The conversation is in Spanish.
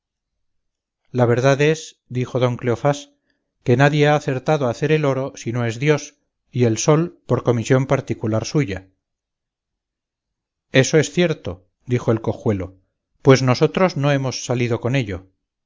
la verdad es dijo don cleofás que nadie ha acertado a hacer el oro si no es dios y el sol con comisión particular suya eso es cierto dijo el cojuelo pues nosotros no hemos salido con ello